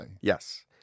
Yes